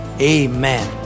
amen